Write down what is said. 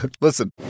Listen